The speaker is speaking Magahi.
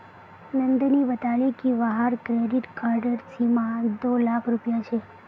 नंदनी बताले कि वहार क्रेडिट कार्डेर सीमा दो लाख रुपए छे